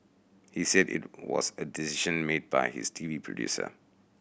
he said it was a decision made by his T V producer